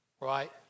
right